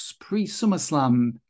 pre-SummerSlam